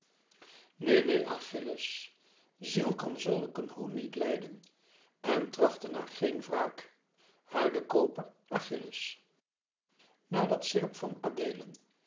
neen neen achilles ziel kan zulk een hoon niet lijden en trachten naar geen wraak huydecoper achilles nadat seerp van adeelen